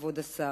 כבוד השר.